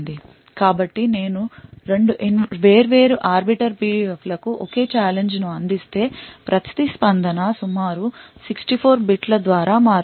కాబట్టి నేను 2 వేర్వేరు ఆర్బిటర్ PUF లకు ఒకే ఛాలెంజ్ ను అందిస్తే ప్రతిస్పందన సుమారు 64 bit ల ద్వారా మారుతుంది